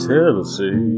Tennessee